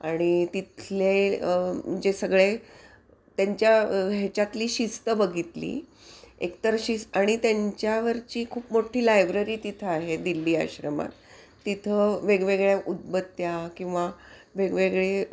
आणि तिथले जे सगळे त्यांच्या ह्याच्यातली शिस्त बघितली एकतर शिस् आणि त्यांच्यावरची खूप मोठी लायब्ररी तिथं आहे दिल्ली आश्रमात तिथं वेगवेगळ्या उदबत्त्या किंवा वेगवेगळे